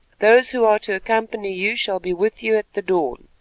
those who are to accompany you shall be with you at the dawn.